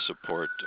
support